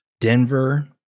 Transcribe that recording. Denver